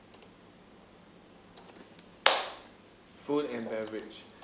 food and beverage